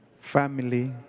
family